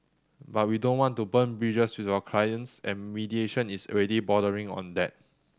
but we don't want to burn bridges with our clients and mediation is already bordering on that